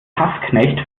hassknecht